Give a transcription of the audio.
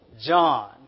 John